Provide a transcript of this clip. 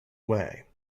way